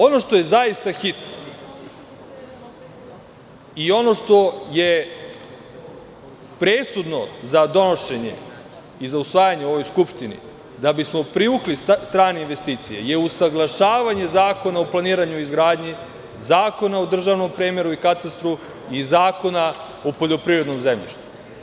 Ono što je zaista hitno i ono što je presudno za donošenje i za usvajanje u ovoj Skupštini, da bismo privukli strane investicije, je usaglašavanje Zakona o planiranju i izgradnji, Zakona o državnom premeru i katastru i Zakona o poljoprivrednom zemljištu.